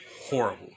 horrible